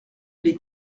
les